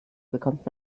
bekommt